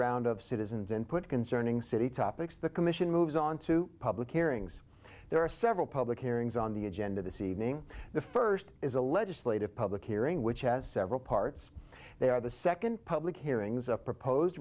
round of citizens and put concerning city topics the commission moves on to public hearings there are several public hearings on the agenda this evening the first is a legislative public hearing which has several parts they are the second public hearings of proposed